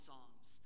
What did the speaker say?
Songs